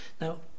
Now